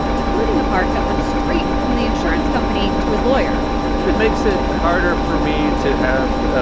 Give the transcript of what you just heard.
including the part that went straight from the insurance company to his lawyer it it makes it harder for me to have ah